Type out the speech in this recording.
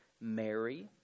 Mary